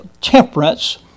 temperance